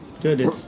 Good